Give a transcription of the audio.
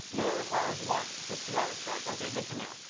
lua requires once, says twohourstrike. ok, good to know.